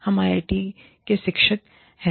हम आईआईटी में शिक्षक हैं